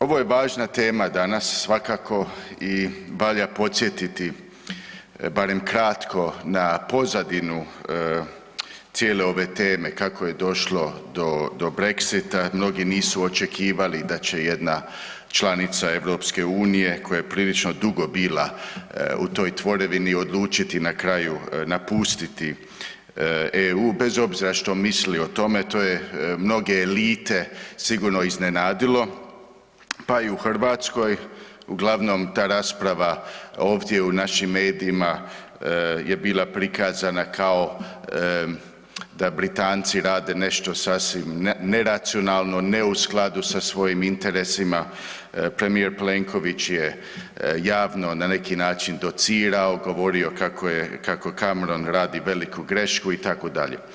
Ovo je važna tema danas svakako i valja podsjetiti barem kratko na pozadinu cijele ove teme, kako je došlo do Brexita, mnogi nisu očekivali da će jedna članica EU-a koja je prilično dugo bila u toj tvorevini, odlučiti na kraju napustiti EU, bez obzira što misli o tome, to je mnoge elite sigurno iznenadilo, pa i u Hrvatskoj, uglavnom ta rasprava ovdje u našim medijima je bila prikazana kao da Britanci rade nešto sasvim neracionalno, ne u skladu sa svojim interesima, premijer Plenković je javno na neki način docirao, govorio kako Cameron radi veliku grešku itd.